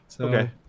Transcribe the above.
Okay